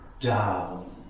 down